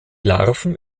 larven